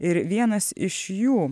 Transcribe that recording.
ir vienas iš jų